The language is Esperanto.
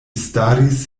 staris